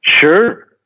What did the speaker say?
Sure